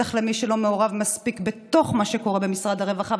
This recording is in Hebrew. בטח למי שלא מעורב מספיק בתוך מה שקורה במשרד הרווחה,